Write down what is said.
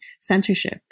censorship